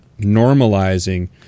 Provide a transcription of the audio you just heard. normalizing